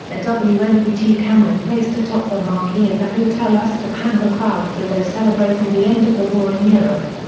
a wnbt camera placed atop the marquee of the hotel astor panned the crowd below celebrating the end of the war in europe.